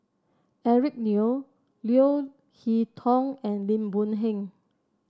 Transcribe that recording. Eric Neo Leo Hee Tong and Lim Boon Heng